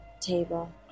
table